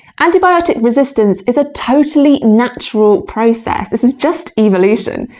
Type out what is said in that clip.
antibiotic resistance is a totally natural process this is just evolution.